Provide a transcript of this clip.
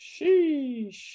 Sheesh